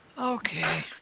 Okay